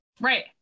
Right